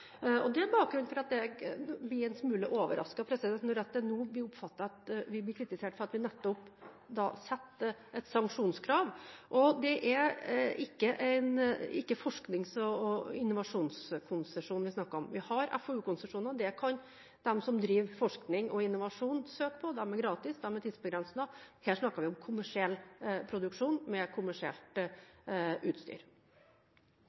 godt. Det er bakgrunnen for at jeg blir en smule overrasket når vi nå blir kritisert for at vi nettopp setter sanksjonskrav. Det er ikke forsknings- og innovasjonskonsesjoner vi snakker om, vi har FoU-konsesjoner de som driver med forskning og innovasjon, kan søke på. De er gratis og de er tidsbegrensede. Her snakker vi om kommersiell produksjon med kommersielt